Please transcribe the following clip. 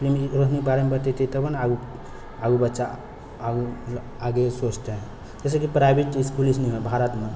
इसकुलमे ओकर बारेमे बतेतै तब ना आगू बच्चा आगू मतलब आगे सोचतै जैसे कि प्राइवेट इसकुले सनि भारतमे